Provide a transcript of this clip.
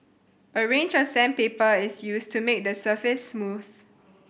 a range of sandpaper is used to make the surface smooth